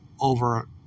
over